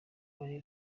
marie